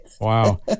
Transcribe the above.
Wow